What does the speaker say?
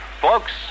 Folks